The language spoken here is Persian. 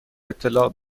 اطلاع